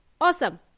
Awesome